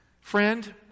Friend